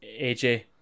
AJ